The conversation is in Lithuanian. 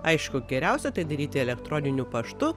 aišku geriausia tai daryti elektroniniu paštu